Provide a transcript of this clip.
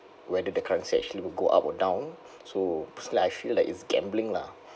whether the currency actually will go up or down so so I feel like it's gambling lah